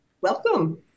welcome